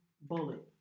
bullet